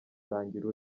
urangira